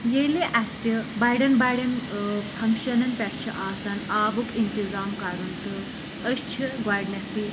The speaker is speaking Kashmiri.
ییٚلہِ اسہِ بَڑیٚن بَڑیٚن ٲں فنٛکشَنَن پٮ۪ٹھ چھُ آسان آبُک اِنتظام کَرُن تہٕ أسۍ چھِ گۄڈٕنیٚتھٕے